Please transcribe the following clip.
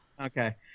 Okay